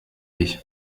ich